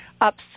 upset